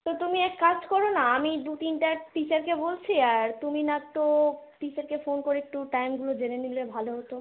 তো তুমি এক কাজ করো না আমি দু তিনটা টিচারকে বলছি আর তুমি না তো টিচারকে ফোন কোরে একটু টাইমগুলো জেনে নিলে ভালো হতো